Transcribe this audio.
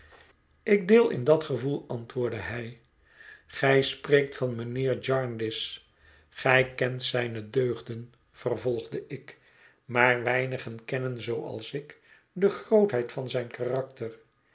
ik deel in dat gevoel antwoordde hij gij spreekt van mijnheer jarndyce gij kent zijne deugden vervolgde ik maar weinigen kennen zooals ik de grootheid van zijn karakter